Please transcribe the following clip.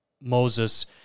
Moses